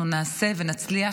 אנחנו נעשה ונצליח,